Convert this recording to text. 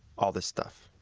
all this stuff.